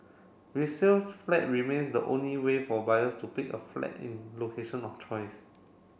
resales flat remains the only way for buyers to pick a flat in location of choice